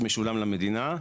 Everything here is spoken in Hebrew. שמשולם למדינה,